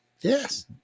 Yes